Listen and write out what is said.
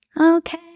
Okay